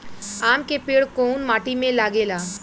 आम के पेड़ कोउन माटी में लागे ला?